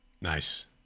nice